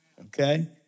Okay